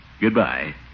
Goodbye